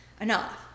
enough